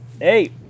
Hey